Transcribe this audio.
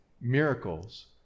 miracles